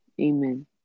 Amen